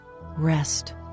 rest